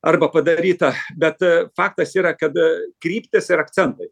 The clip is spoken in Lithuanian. arba padaryta bet faktas yra kad kryptis ir akcentai